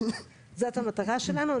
שזו סמכות הוועדה שלנו.